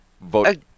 vote